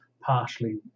partially